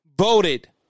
voted